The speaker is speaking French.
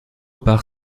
part